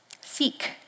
seek